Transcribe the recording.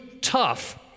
tough